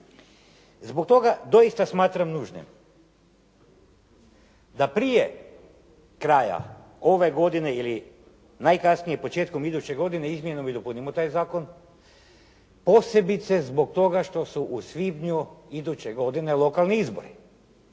Zbog toga doista smatram nužnim da prije kraja ove godine ili najkasnije početkom iduće godine izmijenimo i dopunimo taj zakon, posebice zbog toga što su u svibnju iduće godine lokalni izbori.